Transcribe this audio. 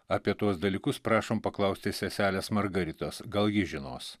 apie tuos dalykus prašom paklausti seselės margaritos gal ji žinos